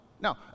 No